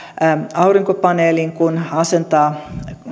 aurinkopaneelin kun asentaa